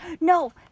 no